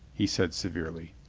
he said severely.